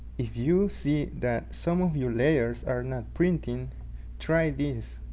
if you see that some of your layers are not printing try this